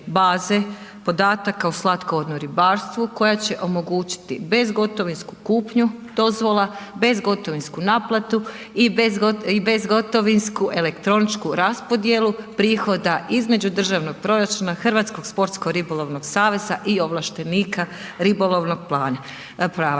podataka o slatkovodnom ribarstvu koja će omogućiti bezgotovinsku kupnju dozvola, bezgotovinsku naplatu i bezgotovinsku elektroničku raspodjelu prihoda između državnog proračuna, Hrvatskog sportsko-ribolovnog saveza i ovlaštenika ribolovnog plana,